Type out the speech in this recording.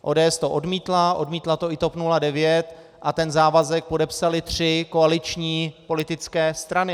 ODS to odmítla, odmítla to i TOP 09 a ten závazek podepsaly tři koaliční politické strany.